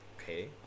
Okay